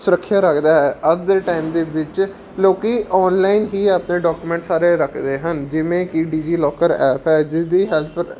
ਸੁਰੱਖਿਆ ਰੱਖਦਾ ਹੈ ਅੱਜ ਦੇ ਟਾਈਮ ਦੇ ਵਿੱਚ ਲੋਕ ਔਨਲਾਈਨ ਹੀ ਆਪਣੇ ਡਾਕੂਮੈਂਟ ਸਾਰੇ ਰੱਖਦੇ ਹਨ ਜਿਵੇਂ ਕਿ ਡੀਜੀਲੋਕਰ ਐਪ ਹੈ ਜਿਸ ਦੀ ਹੈਲਪ